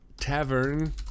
tavern